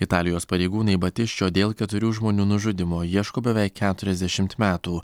italijos pareigūnai batisčio dėl keturių žmonių nužudymo ieško beveik keturiasdešimt metų